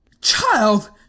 Child